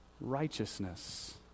righteousness